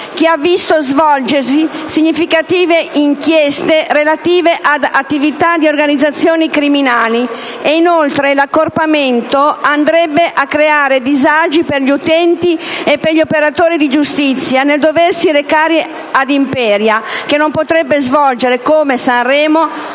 che ha visto svolgersi significative inchieste relative ad attività di organizzazioni criminali. Inoltre, l'accorpamento andrebbe a creare disagi per gli utenti e per gli operatori di giustizia nel doversi recare ad Imperia, che non potrebbe svolgere, come Sanremo,